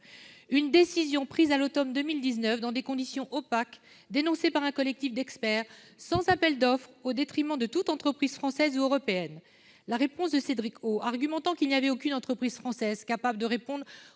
Cette décision a été prise à l'automne 2019 dans des conditions opaques, dénoncées par un collectif d'experts, sans appel d'offres, au détriment de toute entreprise française ou européenne. La réponse de Cédric O, arguant qu'il n'y avait aucune entreprise française capable de répondre